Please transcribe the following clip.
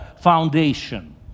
foundation